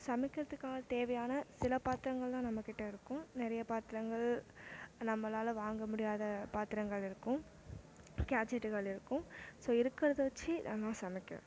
சமைக்கிறதுக்காக தேவையான சில பாத்திரங்கள் தான் நம்மகிட்டே இருக்கும் நிறைய பாத்திரங்கள் நம்மளால் வாங்க முடியாத பாத்திரங்கள் இருக்கும் கேஜெட்கள் இருக்கும் ஸோ இருக்கிறத வச்சு நல்லா சமைக்கணும்